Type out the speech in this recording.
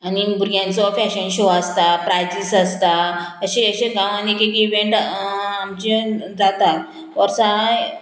आनी भुरग्यांचो fashion show आसता प्रायजीस आसता अशे अशे गांवान एक एक इवेंट आमचे जाता वर्सां